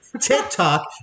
TikTok